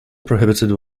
prohibited